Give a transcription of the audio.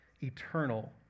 eternal